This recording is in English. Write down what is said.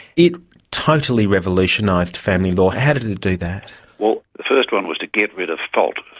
it totally revolutionised family law. how did it do that? well, the first one was to get rid of fault.